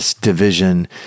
division